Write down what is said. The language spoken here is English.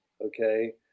Okay